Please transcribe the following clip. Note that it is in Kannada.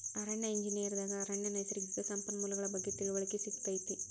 ಅರಣ್ಯ ಎಂಜಿನಿಯರ್ ದಾಗ ಅರಣ್ಯ ನೈಸರ್ಗಿಕ ಸಂಪನ್ಮೂಲಗಳ ಬಗ್ಗೆ ತಿಳಿವಳಿಕೆ ಸಿಗತೈತಿ